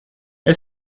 est